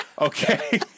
Okay